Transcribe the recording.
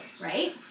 right